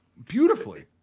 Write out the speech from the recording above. Beautifully